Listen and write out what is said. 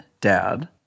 dad